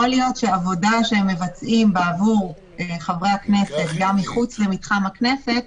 יכול להיות שעבודה שהם מבצעים בעבור חברי הכנסת גם מחוץ למתחם הכנסת,